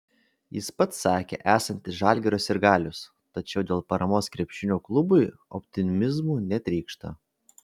jis pats sakė esantis žalgirio sirgalius tačiau dėl paramos krepšinio klubui optimizmu netrykšta